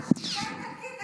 מה זה, שביתה איטלקית?